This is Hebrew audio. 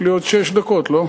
יש לי עוד שש דקות, לא?